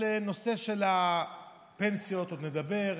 על הנושא של הפנסיות עוד נדבר,